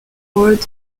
board